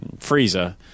Frieza